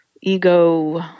ego